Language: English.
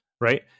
Right